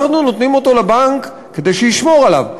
אנחנו נותנים אותו לבנק כדי שישמור עליו,